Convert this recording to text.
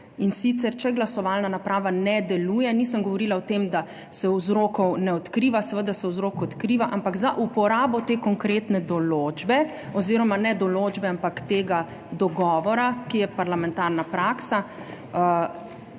In sicer: če glasovalna naprava ne deluje – nisem govorila o tem, da se vzrokov ne odkriva, seveda se vzrok odkriva – za uporabo te konkretne določbe oziroma ne določbe, ampak tega dogovora, ki je parlamentarna praksa,